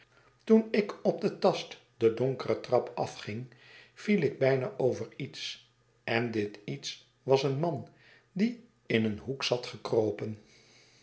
toen ik op den last de donkere trap afging viel ik bijna over iets en dit iets was een man die in een hoek zat gekropen